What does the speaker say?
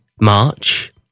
March